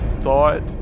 thought